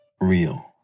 real